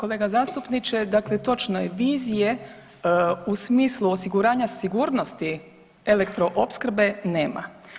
Kolega zastupniče, dakle točno je, vizije u smislu osiguranja sigurnosti elektroopskrbe nema.